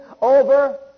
over